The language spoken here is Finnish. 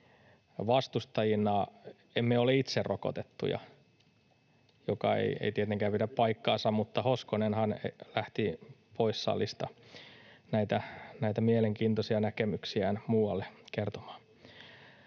vastustajina emme olisi itse rokotettuja, mikä ei tietenkään pidä paikkaansa, mutta Hoskonenhan lähti pois salista näitä mielenkiintoisia näkemyksiään muualle kertomaan.